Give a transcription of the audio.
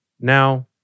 Now